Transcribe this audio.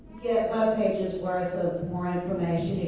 yeah webpages' worth of more information,